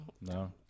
No